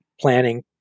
planning